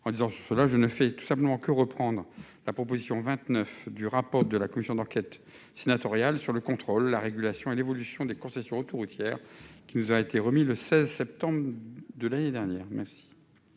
Disant cela, je ne fais que reprendre la proposition 29 du rapport de la commission d'enquête sénatoriale sur le contrôle, la régulation et l'évolution des concessions autoroutières, qui nous a été remis le 16 septembre de l'année dernière. Quel